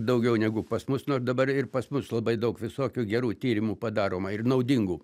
daugiau negu pas mus nor dabar ir pas mus labai daug visokių gerų tyrimų padaroma ir naudingų